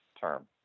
term